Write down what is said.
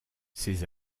ses